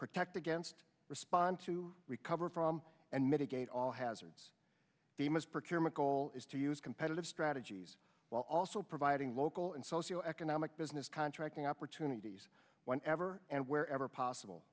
protect against respond to recover from and mitigate all hazards the must prepare mccoll is to use competitive strategies while also providing local and socioeconomic business contracting opportunities whenever and wherever possible